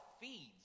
feeds